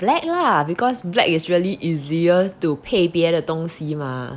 black lah because black is really easier to 配别的东西 mah